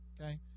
Okay